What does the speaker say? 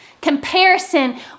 Comparison